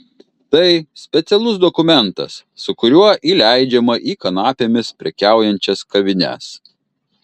tai specialus dokumentas su kuriuo įleidžiama į kanapėmis prekiaujančias kavines